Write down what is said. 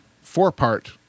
four-part